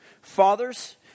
Fathers